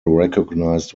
recognized